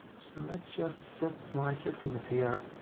so let's just set my settings here,